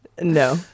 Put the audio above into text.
no